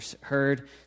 heard